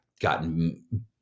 gotten